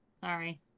Sorry